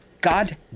God